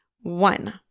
One